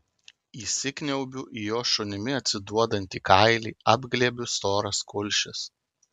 įsikniaubiu į jo šunimi atsiduodantį kailį apglėbiu storas kulšis